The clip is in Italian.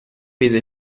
peso